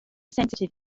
sensitif